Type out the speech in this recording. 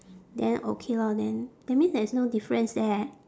then okay lor then that means there is no difference there